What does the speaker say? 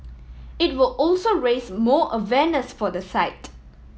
it will also raise more awareness for the site